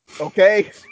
okay